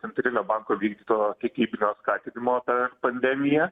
centrinio banko vykdyto kiekybinio skatinimo per pandemiją